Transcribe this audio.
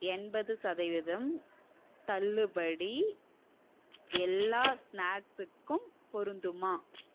எண்பது சதவீதம் தள்ளுபடி எல்லா ஸ்நாக்ஸுக்கும் பொருந்துமா